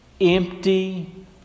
empty